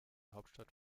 hauptstadt